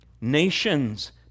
nations